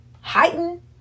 heighten